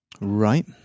Right